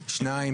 שניים.